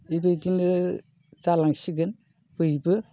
बेबायदिनो जालांसिगोन बयबो